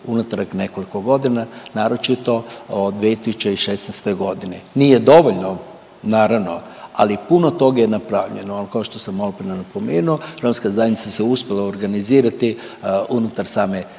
unatrag nekoliko godina naročito od 2016. godine. Nije dovoljno naravno, ali puno tog je napravljeno. Kao što sam malo prije napomenuo romska zajednica se uspjela organizirati unutar same zajednice.